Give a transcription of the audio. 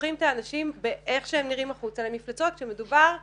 הופכים את האנשים באיך שהם נראים החוצה למפלצות כשמדובר באנשים,